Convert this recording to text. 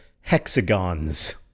hexagons